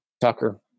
Tucker